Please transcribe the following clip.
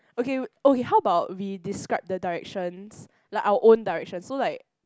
okay w~ okay how about we describe the directions like our own direction so like